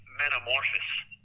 metamorphosis